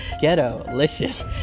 ghetto-licious